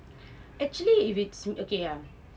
actually if it's mm okay ya